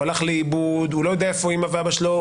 הוא לא יודע איפה אימא ואבא שלו.